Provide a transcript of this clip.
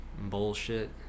bullshit